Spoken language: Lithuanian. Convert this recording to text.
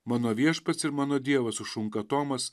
mano viešpats ir mano dievas sušunka tomas